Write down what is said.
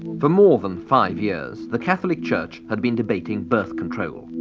but more than five years the catholic church had been debating birth control.